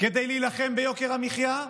כדי להילחם ביוקר המחיה.